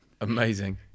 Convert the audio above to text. Amazing